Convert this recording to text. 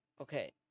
Okay